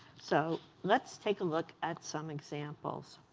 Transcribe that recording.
so let's take a look at some examples.